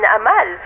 Amal